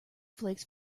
flakes